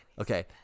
Okay